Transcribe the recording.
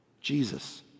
Jesus